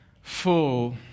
full